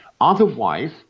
Otherwise